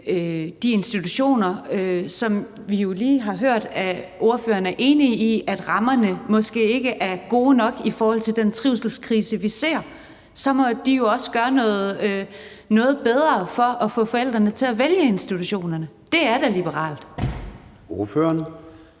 de institutioner, hvis rammer vi jo lige har hørt at ordføreren er enig i måske ikke er gode nok i forhold til den trivselskrise, vi ser, jo også gøre det noget bedre for at få forældrene til at vælge dem. Det er da liberalt. Kl.